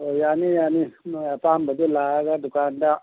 ꯑꯣ ꯌꯥꯅꯤ ꯌꯥꯅꯤ ꯅꯣꯏ ꯑꯄꯥꯝꯕꯗꯨ ꯂꯥꯛꯑꯒ ꯗꯨꯀꯥꯟꯗ